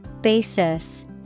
Basis